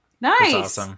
Nice